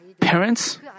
parents